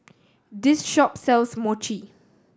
this shop sells Mochi